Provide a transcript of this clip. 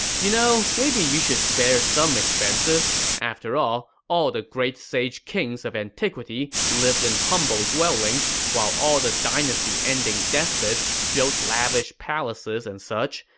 you know, maybe you should spare some expenses. after all, all the great sage kings of antiquity lived in humble dwellings, while all the dynasty-ending despots built lavish palaces and such.